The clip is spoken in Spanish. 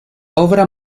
obra